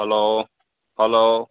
hello hello